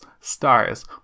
stars